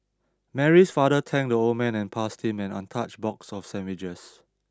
Mary's father thanked the old man and passed him an untouched box of sandwiches